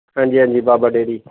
ਹਾਂਜੀ ਹਾਂਜੀ ਬਾਬਾ ਡੇਅਰੀ